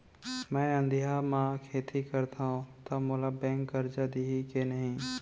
मैं अधिया म खेती करथंव त मोला बैंक करजा दिही के नही?